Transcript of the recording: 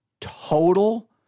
Total